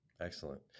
Excellent